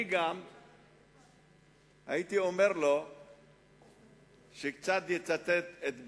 אני גם הייתי אומר לו שקצת יצטט את ביאליק.